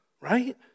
right